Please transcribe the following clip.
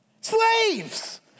slaves